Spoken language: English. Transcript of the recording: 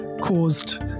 caused